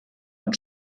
und